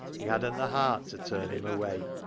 he hadn't the heart to turn him away.